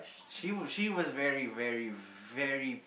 she was she was very very very